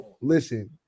listen